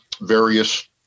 various